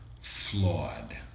flawed